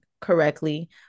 correctly